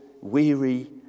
weary